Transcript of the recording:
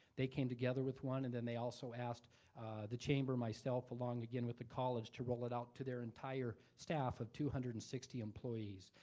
they came together with one, and then they also ask the chamber, myself, along again with the college, to roll it out to their entire staff of two hundred and sixty employees.